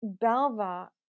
Belva